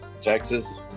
Texas